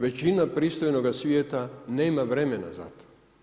Većina pristojnoga svijeta nema vremena za to.